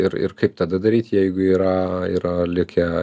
ir ir kaip tada daryt jeigu yra yra likę